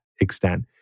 extent